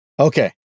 Okay